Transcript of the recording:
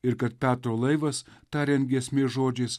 ir kad petro laivas tariant giesmės žodžiais